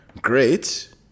great